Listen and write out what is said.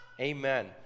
Amen